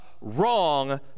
wrong